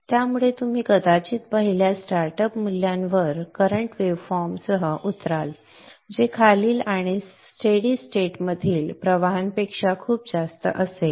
त्यामुळे आपण कदाचित पहिल्या स्टार्टअप मूल्यावर करंट वेव्हफॉर्म सह उतराल जे खालील आणि स्थिर स्थितीतील प्रवाहांपेक्षा खूप जास्त असेल